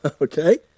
okay